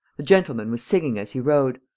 the gentleman was singing as he rowed